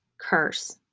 curse